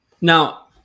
Now